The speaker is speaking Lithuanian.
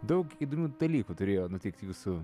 daug įdomių dalykų turėjo nutikt jūsų